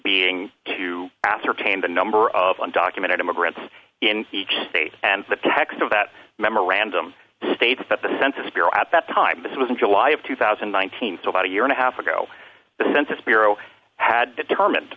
being to ascertain the number of undocumented immigrants in each state and the text of that memorandum states that the census bureau at that time this was in july of two thousand and nineteen so about a year and a half ago the census bureau had that determined